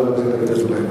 גם של חבר הכנסת אזולאי.